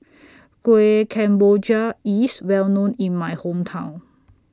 Kuih Kemboja IS Well known in My Hometown